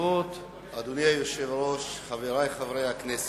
אדוני היושב-ראש, חברי חברי הכנסת,